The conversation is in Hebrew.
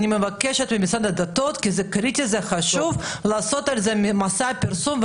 אני מבקשת ממשרד הדתות לעשות על זה מסע פרסום,